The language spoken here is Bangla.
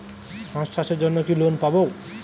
হাঁস চাষের জন্য কি লোন পাব?